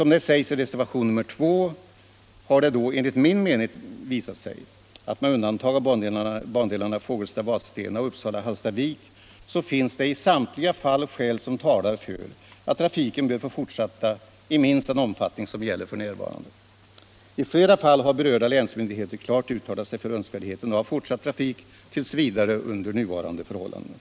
Som det sägs i reservationen 2 har det då, enligt min mening, visat sig att det — med undantag för bandelarna Fågelsta-Vadstena och Uppsala-Hallstavik — i samtliga fall finns skäl som talar för att trafiken bör få fortsätta i minst den omfattning som gäller f.n. I flera fall har berörda länsmyndigheter klart uttalat sig för önskvärdheten av fortsatt trafik t. v. under nuvarande förhållanden.